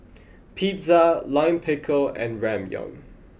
Pizza Lime Pickle and Ramyeon